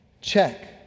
check